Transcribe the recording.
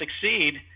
succeed